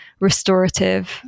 restorative